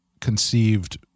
conceived